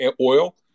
oil